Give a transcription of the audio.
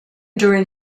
during